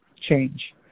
change